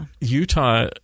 Utah